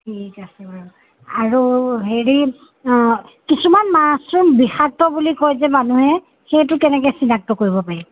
ঠিক আছে বাৰু আৰু হেৰি কিছুমান মাছৰুম বিষাক্ত বুলি কয় যে মানুহে সেইটো কেনেকৈ চিনাক্ত কৰিব পাৰি